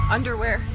Underwear